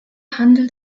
handelt